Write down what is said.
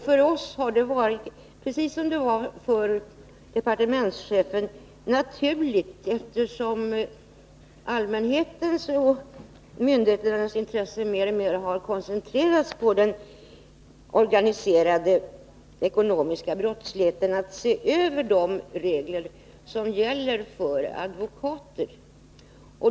För oss har det varit naturligt — precis som det har varit för departementschefen, allteftersom allmänhetens och myndigheternas intresse mer och mer har koncentrerats på den ekonomiska brottsligheten — att se över de regler som gäller för advokatverksamhet.